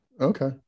okay